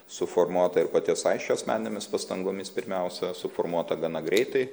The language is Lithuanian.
suformuota ir paties aisčio asmeninėmis pastangomis pirmiausia suformuota gana greitai